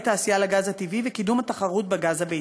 תעשייה לגז הטבעי וקידום התחרות בגז הביתי,